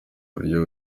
buryo